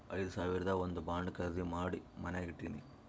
ಐದು ಸಾವಿರದು ಒಂದ್ ಬಾಂಡ್ ಖರ್ದಿ ಮಾಡಿ ಮನ್ಯಾಗೆ ಇಟ್ಟಿನಿ